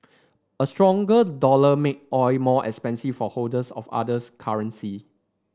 a stronger dollar make oil more expensive for holders of others currency